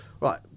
right